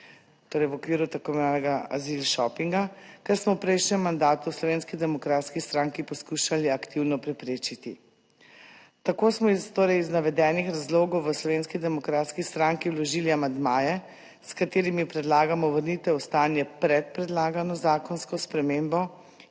torej, v okviru tako imenovanega azil šopinga, kar smo v prejšnjem mandatu v Slovenski demokratski stranki poskušali aktivno preprečiti. Tako smo iz torej iz navedenih razlogov v Slovenski demokratski stranki vložili amandmaje, s katerimi predlagamo vrnitev v stanje pred predlagano zakonsko spremembo